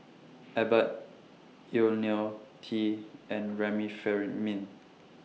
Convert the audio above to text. Abbott Ionil T and Remifemin